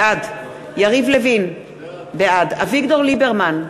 בעד יריב לוין, בעד אביגדור ליברמן,